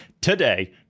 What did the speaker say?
today